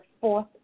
fourth